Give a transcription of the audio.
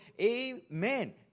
Amen